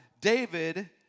David